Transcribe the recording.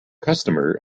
customer